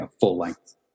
full-length